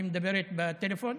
שמדברת בטלפון,